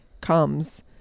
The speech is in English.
comes